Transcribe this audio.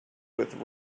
with